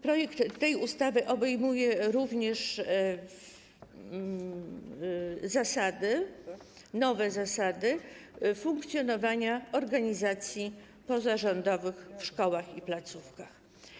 Projekt tej ustawy obejmuje również nowe zasady funkcjonowania organizacji pozarządowych w szkołach i placówkach.